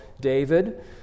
David